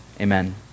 Amen